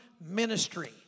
ministry